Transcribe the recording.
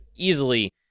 easily